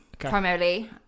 primarily